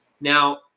Now